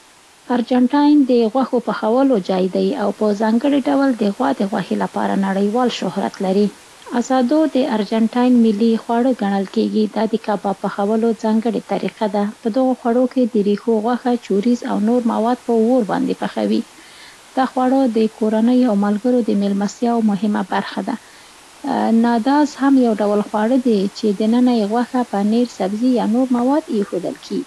ارجنټاین د غوښو پخولو جای دی او په ځانګړي ډول د غوا د غوښې، لپاره نړیوال شهرت لري. اسادو د ارجنټاین ملي خواړه ګڼل کېږي. دا د کباب پخولو ځانګړې طریقه ده، په دغو خوړو کې د رېښو غوښه، چوریزو او نور مواد په اور باندې پخوي. دا خواړه د کورنيو او ملګرو د مېلمستیاوو مهمه برخه ده. نادازهم یو ډول خواړه دي، چي دننه یې غوښه، پنیر، سبزي یا نور مواد ایښودل کېږي.